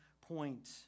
point